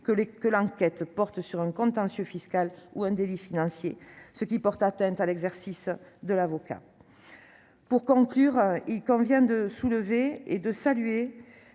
que l'enquête porte sur un contentieux fiscal ou un délit financier : cela porte atteinte à l'exercice professionnel de l'avocat. Pour conclure, il convient de souligner, pour le saluer,